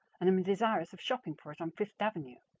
and am desirous of shopping for it on fifth avenue,